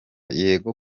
yego